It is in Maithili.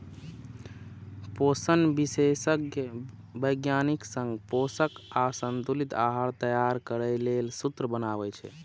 पोषण विशेषज्ञ वैज्ञानिक संग पोषक आ संतुलित आहार तैयार करै लेल सूत्र बनाबै छै